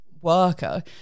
worker